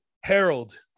Harold